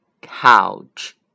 Couch